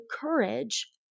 courage